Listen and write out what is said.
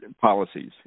policies